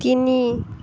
তিনি